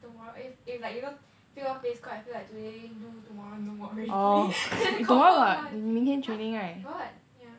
tomorrow if if like you know peeler face coat I feel like today do tomorrow no more already confirm one !huh! got yeah